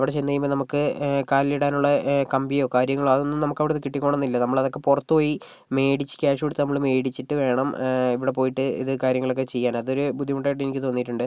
അവിടെ ചെന്ന് കഴിയുമ്പോൾ നമുക്ക് കാലിൽ ഇടാനുള്ള കമ്പിയോ കാര്യങ്ങളോ അതൊന്നും നമുക്ക് അവിടുന്ന് കിട്ടിക്കോണം എന്നില്ല നമ്മളതൊക്കെ പുറത്ത് പോയി മേടിച്ച് ക്യാഷ് കൊടുത്ത് നമ്മൾ മേടിച്ചിട്ട് വേണം ഇവിടെ പോയിട്ട് ഇത് കാര്യങ്ങളൊക്കെ ചെയ്യാൻ അതൊരു ബുദ്ധിമുട്ടായിട്ട് എനിക്ക് തോന്നിട്ടുണ്ട്